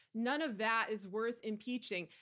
none of that is worth impeaching.